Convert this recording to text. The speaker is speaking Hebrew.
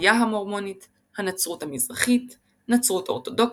הכנסייה המורמונית הנצרות המזרחית נצרות אורתודוקסית